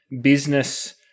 business